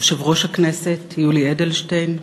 יושב-ראש הכנסת יולי אדלשטיין,